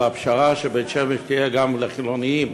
על הפשרה שבית-שמש תהיה גם לחילונים,